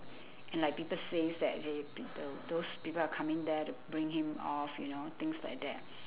and like people says that they those people are coming there to bring him off you know things like that